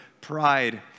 pride